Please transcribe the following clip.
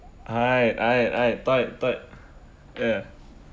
I I I type type ya